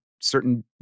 certain